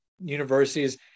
universities